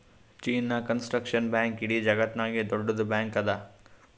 China construction bank ಇಡೀ ಜಗತ್ತನಾಗೆ ದೊಡ್ಡುದ್ ಬ್ಯಾಂಕ್ ಅದಾ